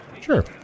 Sure